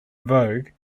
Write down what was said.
vogue